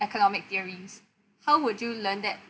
economic theories how would you learn that